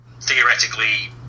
Theoretically